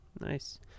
Nice